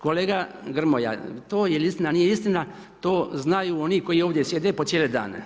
Kolega Grmoja to jel istina ili nije istina, to znaju oni koji ovdje sjede po cijele dane.